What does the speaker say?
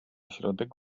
środek